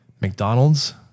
McDonald's